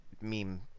meme